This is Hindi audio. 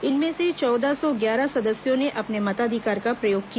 इनमें से चौदह सौ ग्यारह सदस्यों ने अपने मताधिकार का प्रयोग किया